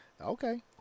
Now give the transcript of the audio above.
Okay